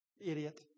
idiot